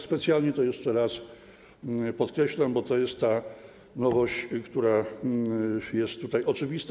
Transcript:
Specjalnie to jeszcze raz podkreślam, bo to jest ta nowość, która jest oczywista.